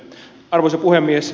arvoisa puhemies